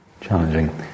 Challenging